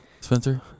Spencer